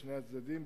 לשני הצדדים,